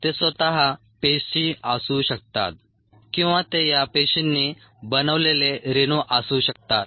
ते स्वतः पेशी असू शकतात किंवा ते या पेशींनी बनवलेले रेणू असू शकतात